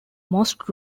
most